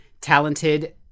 talented